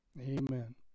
Amen